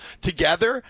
together